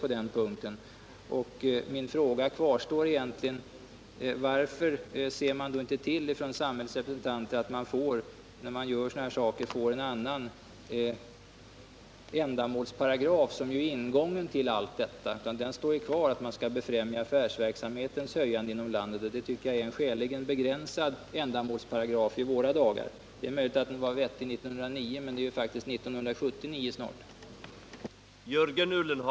När man ändå gör sådana här saker kvarstår min fråga om varför samhällets representanter inte ser till att man får en annan ändamålsparagraf som ju är ingången till allt detta. Paragrafen om att man skall befrämja affärsverksamhetens höjande inom landet står kvar, och det tycker jag är en tämligen begränsad ändamålsparagraf i våra dagar. Det är möjligt att den var vettig 1909, men nu är det faktiskt snart 1979.